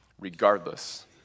regardless